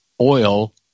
oil